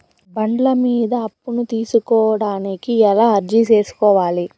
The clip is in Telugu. బండ్ల మీద అప్పును తీసుకోడానికి ఎలా అర్జీ సేసుకోవాలి?